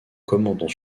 commandant